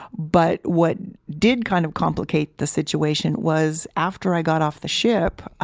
but what did kind of complicate the situation was, after i got off the ship,